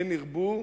כן ירבו,